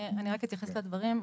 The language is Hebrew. אני רק אתייחס לדברים.